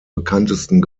bekanntesten